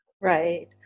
Right